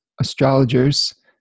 astrologers